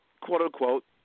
quote-unquote